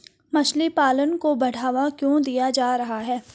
मछली पालन को बढ़ावा क्यों दिया जा रहा है?